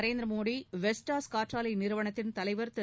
Narendra Modi Vestas காற்றாலை நிறுவனத்தின் தலைவர் திரு